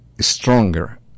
stronger